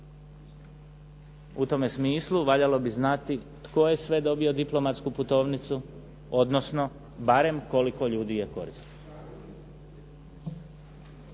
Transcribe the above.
U tome smislu, valjalo bi znati tko je sve dobio diplomatsku putovnicu, odnosno barem koliko ljudi je koristi.